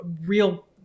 real